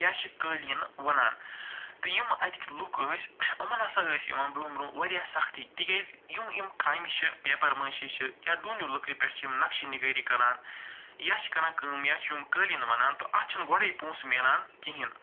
یا چھِ قٲلیٖنہٕ وونان تہٕ یِم اَتِکۍ لُکھ ٲسۍ یِمَن ہسا ٲسۍ یِوان برٛونٛہہ برٛونٛہہ واریاہ سختی تِکیٛازِ یِم یِم کامہِ چھِ پیپَر مٲشی چھِ یا ڈوٗنیوٗ لٔکرِ پٮ۪ٹھ چھِ یِم نقشہٕ نِگٲری کران یا چھِ کران کٲم یا چھِ یِم قٲلیٖن وونان تو اَتھ چھِنہٕ گۄڈَے پونٛسہٕ مِلان کِہیٖنۍ